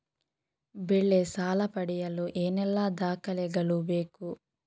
ಬೆಳೆ ಸಾಲ ಪಡೆಯಲು ಏನೆಲ್ಲಾ ದಾಖಲೆಗಳು ಬೇಕು?